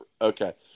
Okay